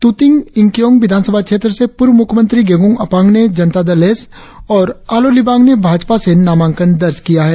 तुतिंग यिंगक्योंग विधान सभा क्षेत्र से पूर्व मुख्यमंत्री गेगोंग अपांग ने जनता दल एस और आलो लिबांग ने भाजपा से नामांकन दर्ज किया है